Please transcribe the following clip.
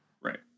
Right